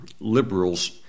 liberals